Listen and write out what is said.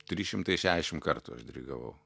trys šimtai šešiasdešim kartų aš dirigavau